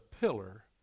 Pillar